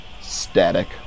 Static